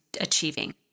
achieving